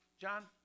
John